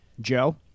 joe